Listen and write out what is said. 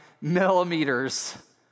millimeters